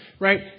Right